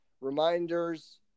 reminders